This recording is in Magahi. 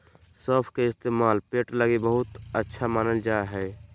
सौंफ के इस्तेमाल पेट लगी बहुते अच्छा मानल जा हय